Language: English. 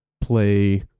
play